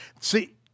See